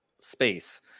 space